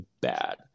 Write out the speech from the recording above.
bad